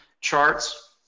charts